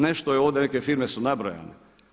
Nešto je ovdje, neke firme su nabrojane.